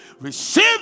Receive